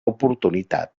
oportunitat